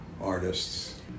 artists